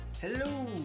Hello